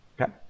Okay